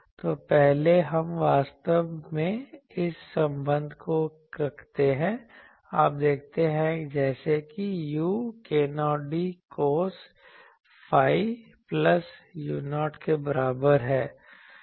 तो पहले हम वास्तव में इस संबंध को रखते हैं आप देखते हैं जैसे किu k0d cos phi plus u0 के बराबर है